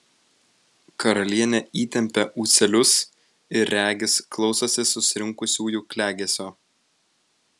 karalienė įtempia ūselius ir regis klausosi susirinkusiųjų klegesio